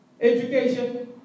Education